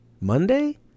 Monday